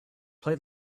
play